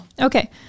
Okay